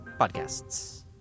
podcasts